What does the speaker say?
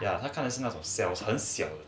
ya 他看的是 cells 那种很小